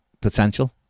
potential